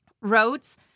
roads